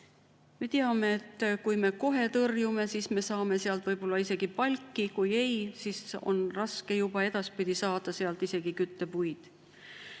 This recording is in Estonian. Me teame, et kui me kohe tõrjume, siis me saame sealt võib-olla isegi palki, kui ei, siis on juba raske edaspidi saada sealt isegi küttepuid.